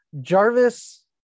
Jarvis